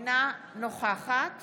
אינה נוכחת